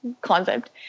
concept